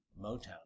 Motown